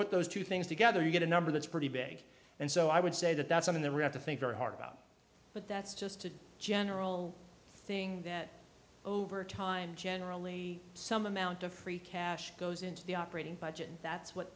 put those two things together you get a number that's pretty big and so i would say that that's some of the red to think very hard about but that's just a general thing that over time generally some amount of free cash goes into the operating budget and that's what